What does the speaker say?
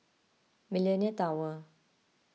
Millenia Tower